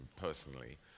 personally